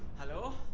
hello,